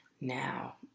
now